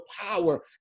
power